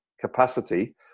capacity